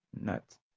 Nuts